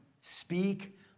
Speak